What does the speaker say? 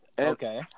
Okay